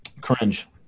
Cringe